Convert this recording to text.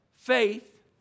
Faith